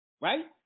right